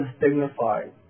dignified